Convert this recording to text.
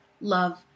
love